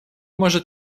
может